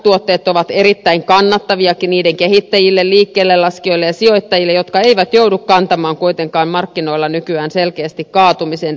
tuotteet ovat erittäin kannattavia kehittäjille liikkeeseenlaskijoille ja sijoittajille jotka eivät joudu kantamaan markkinoiden kaatumisen riskiä